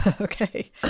okay